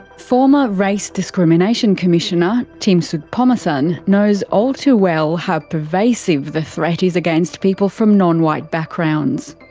former race discrimination commissioner, tim soutphommasane, knows all too well how pervasive the threat is against people from non-white backgrounds.